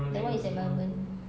that one is at melbourne